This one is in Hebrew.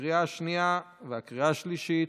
לקריאה השנייה ולקריאה השלישית.